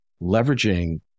leveraging